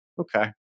okay